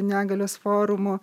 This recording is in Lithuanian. negalios forumu